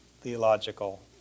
theological